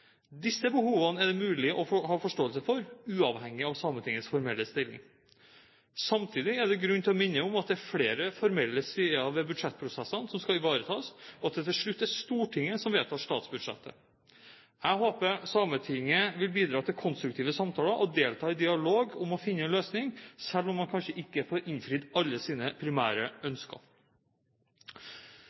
Disse behovene er det mulig å ha forståelse for uavhengig av Sametingets formelle stilling. Samtidig er det grunn til å minne om at det er flere formelle sider ved budsjettprosessene som skal ivaretas, og at det til slutt er Stortinget som vedtar statsbudsjettet. Jeg håper Sametinget vil bidra til konstruktive samtaler og delta i dialog om å finne en løsning, selv om man kanskje ikke får innfridd alle sine primære ønsker.